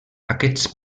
aquests